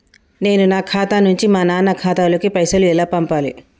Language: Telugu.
నేను నా ఖాతా నుంచి మా నాన్న ఖాతా లోకి పైసలు ఎలా పంపాలి?